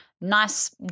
nice